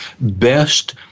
best